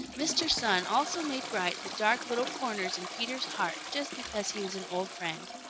mr. sun also made bright the dark little corners in peter's heart just because he was an old friend.